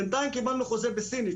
בינתיים קיבלנו חוזה בסינית,